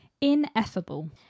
ineffable